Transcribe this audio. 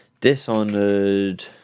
Dishonored